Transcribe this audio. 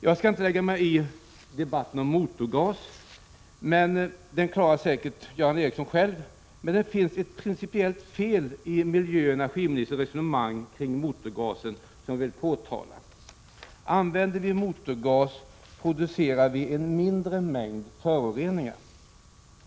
Jag skall inte lägga mig i debatten om motorgas — den klarar säkert Göran Ericsson själv — men det finns ett principiellt fel i miljöoch energiministerns resonemang kring motorgasen som jag vill påtala. Använder vi motorgas producerar vi en mindre mängd föroreningar.